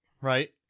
right